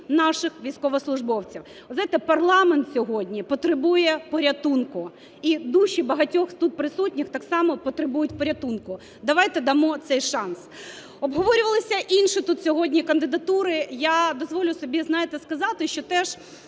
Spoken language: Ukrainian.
наших військовослужбовців. Ви знаєте, парламент сьогодні потребує порятунку і душі багатьох тут присутніх так само потребують порятунку. Давайте дамо цей шанс. Обговорювалися інші тут сьогодні кандидатури. Я дозволю собі, знаєте, сказати, що теж